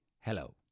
hello